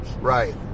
Right